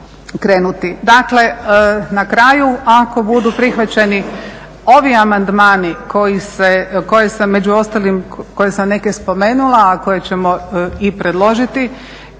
Dakle na kraju, ako budu prihvaćeni ovi amandmani koje sam neke spomenula, a koje ćemo i predložiti,